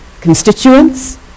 Constituents